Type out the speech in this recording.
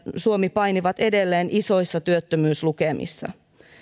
suomi painivat edelleen isoissa työttömyyslukemissa